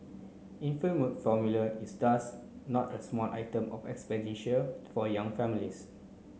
infant milk formula is thus not a small item of expenditure for young families